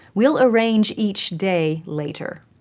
we'll arrange each day later.